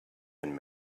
been